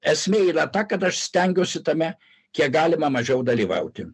esmė yra ta kad aš stengiuosi tame kiek galima mažiau dalyvauti